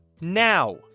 Now